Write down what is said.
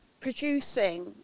producing